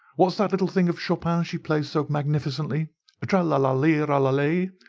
what's that little thing of chopin's she plays so magnificently but tra-la-la-lira-lira-lay.